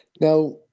now